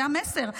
זה המסר.